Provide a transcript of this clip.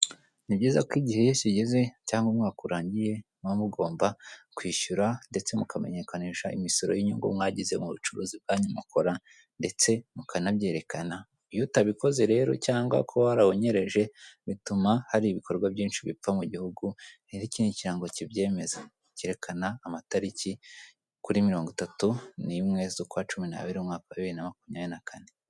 Ni byiza ko igihe iyo kigeze cyangwa umwaka urangiye muba mugomba kwishyuira ndetse mukamenyekanisha imisoro w'inyungu mwagize mu bucuruzi bwanyu mukora ndetse mukanabwerekana, iyo utabikoze rero cyangwa kuba warawunyereje bituma hari ibikorwa byinshi bipfa mu gihugu. Rero iki ni ikirango kibyemeza, kerekana amatariki kuri 31/12/2024.